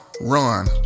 run